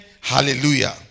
Hallelujah